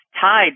tied